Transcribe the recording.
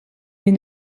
mais